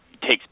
takes